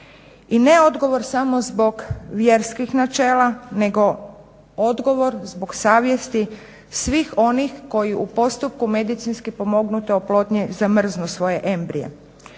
I ne odgovor samo zbog vjerskih načela, nego odgovor zbog savjesti svih onih koji u postupku medicinski pomognute oplodnje zamrznu svoje embrije.